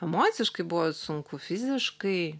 emociškai buvo sunku fiziškai